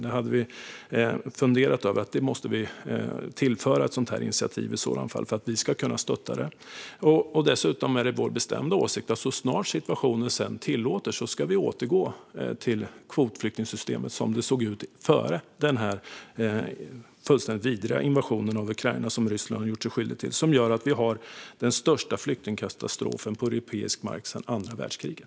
Ett sådant initiativ skulle ha behövt tillföras för att vi skulle kunna stötta det. Dessutom är det vår bestämda åsikt att så snart situationen tillåter ska Sverige återgå till kvotflyktingsystemet som det såg ut före den fullständigt vidriga invasionen av Ukraina som Ryssland gjort sig skyldig till och som gör att vi har den största flyktingkatastrofen på europeisk mark sedan andra världskriget.